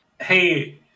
Hey